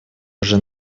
уже